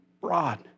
broad